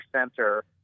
Center